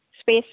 space